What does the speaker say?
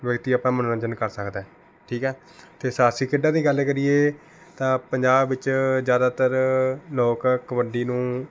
ਵਿਅਕਤੀ ਆਪਣਾ ਮਨੋਰੰਜਨ ਕਰ ਸਕਦਾ ਹੈ ਠੀਕ ਹੈ ਅਤੇ ਸਾਹਸੀ ਖੇਡਾਂ ਦੀ ਗੱਲ ਕਰੀਏ ਤਾਂ ਪੰਜਾਬ ਵਿੱਚ ਜ਼ਿਆਦਾਤਰ ਲੋਕ ਕਬੱਡੀ ਨੂੰ